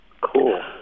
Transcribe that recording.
Cool